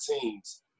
teams